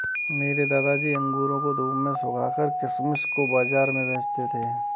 मेरे दादाजी अंगूरों को धूप में सुखाकर किशमिश को बाज़ार में बेचते थे